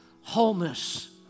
wholeness